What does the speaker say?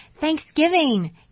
Thanksgiving